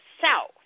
South